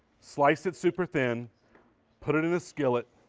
slice it superthin, put it in a skillet,